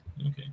Okay